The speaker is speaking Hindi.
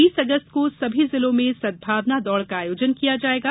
बीस अगस्त को सभी जिलों में सदभावना दौड़ का आयोजन किया जाएगा